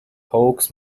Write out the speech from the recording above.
hawks